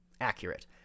accurate